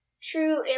true